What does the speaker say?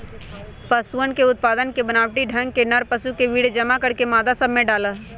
पशुअन के उत्पादन के बनावटी ढंग में नर पशु के वीर्य जमा करके मादा सब में डाल्ल